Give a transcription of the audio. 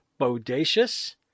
Bodacious